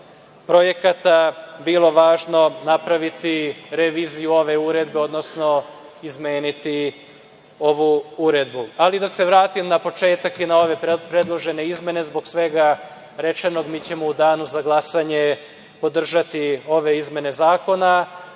projekata bila važno napraviti viziju ove uredbe, odnosno izmeniti ovu uredbu. Ali, da se vratim na početak i na ovu predloženu izmene zbog svega rečenog mi ćemo u danu za glasanju podržati ove izmene zakona,